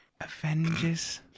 Avengers